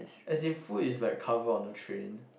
as in food is covered on the train